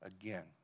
again